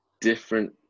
different